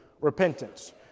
repentance